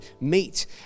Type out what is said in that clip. meet